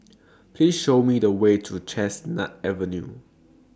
Please Show Me The Way to Chestnut Avenue